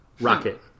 Rocket